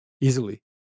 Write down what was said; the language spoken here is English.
easily